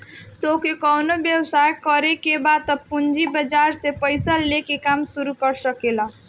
तोहके कवनो व्यवसाय करे के बा तअ पूंजी बाजार से पईसा लेके काम शुरू कर सकेलअ